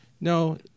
No